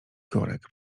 korek